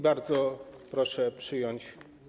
Bardzo proszę ją przyjąć.